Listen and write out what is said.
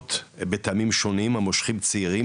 מגיעות בטעמים שונים המושכים צעירים,